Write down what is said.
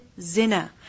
zina